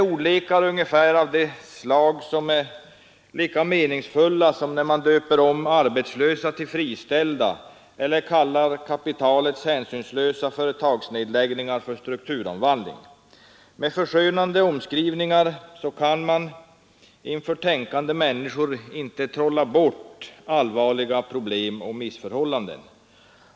Ordlekar av det slaget är ungefär lika meningsfulla som när man döper om ”arbetslösa” till ”friställda” eller kallar kapitalets hänsynslösa företagsnedläggningar för strukturomvandling. Med förskönande omskrivningar kan man inför tänkande människor inte trolla bort allvarliga problem och missförhållanden.